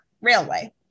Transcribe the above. Railway